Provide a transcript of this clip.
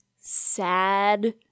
sad